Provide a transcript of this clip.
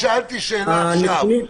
שאלתי שאלה עכשיו.